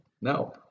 no